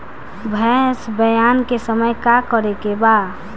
भैंस ब्यान के समय का करेके बा?